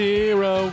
Zero